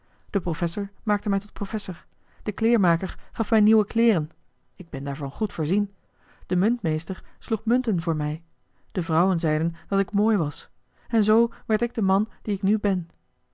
de professor maakte mij tot professor de kleermaker gaf mij nieuwe kleeren ik ben daarvan goed voorzien de muntmeester sloeg munten voor mij de vrouwen zeiden dat ik mooi was en zoo werd ik de man die ik nu ben